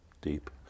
deep